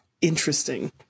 Interesting